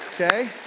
okay